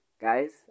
Guys